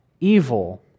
evil